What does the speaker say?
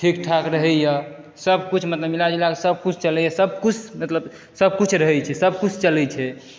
ठीक ठाक रहैए सब कुछ मतलब मिला जुलाकऽ सब कुछ चलैए सब कुछ मतलब सब कुछ रहै छै सब कुछ चलै छै